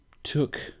took